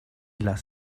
las